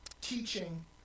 teaching